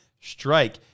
Strike